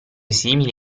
simili